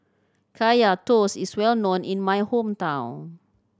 Kaya Toast is well known in my hometown